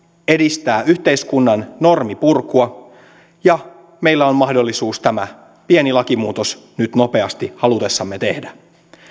edistää yhteiskunnan normipurkua ja meillä on mahdollisuus tämä pieni lakimuutos nyt nopeasti halutessamme tehdä